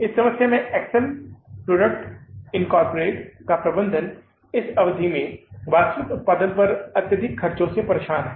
इस समस्या में Excel products incorporate Excel Products Inc का प्रबंधन इस अवधि में वास्तविक उत्पादन पर अत्यधिक ओवरहेड खर्चों से परेशान है